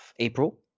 April